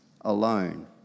alone